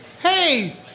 hey